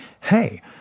Hey